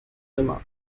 nimmer